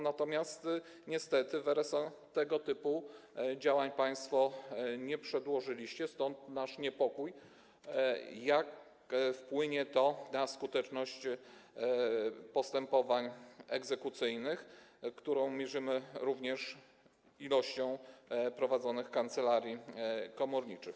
Natomiast niestety w OSR tego typu działań państwo nie przedłożyliście, stąd nasz niepokój, jak to wpłynie na skuteczność postępowań egzekucyjnych, którą mierzymy również liczbą prowadzonych kancelarii komorniczych.